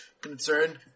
concerned